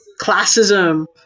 classism